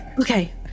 Okay